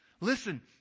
Listen